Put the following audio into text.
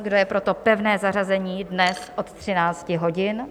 Kdo je pro to pevné zařazení dnes od 13 hodin?